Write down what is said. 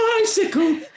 bicycle